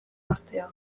emaztea